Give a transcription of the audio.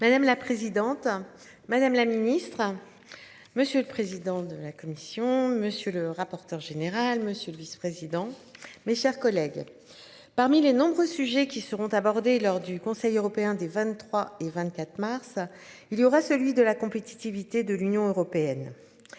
Madame la présidente, madame la ministre. Monsieur le président de la commission. Monsieur le rapporteur général monsieur le vice-président, mes chers collègues. Parmi les nombreux sujets qui seront abordés lors du Conseil européen des 23 et 24 mars. Il y aura celui de la compétitivité de l'Union européenne.